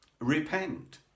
repent